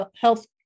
health